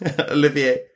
Olivier